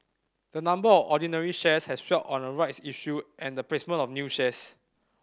the number of ordinary shares has swelled on a rights issue and the placement of new shares